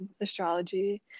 astrology